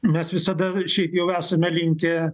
mes visada šiap jau esame linkę